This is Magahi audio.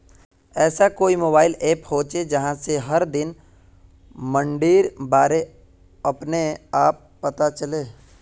ऐसा कोई मोबाईल ऐप होचे जहा से हर दिन मंडीर बारे अपने आप पता चले?